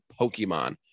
Pokemon